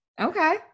Okay